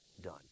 done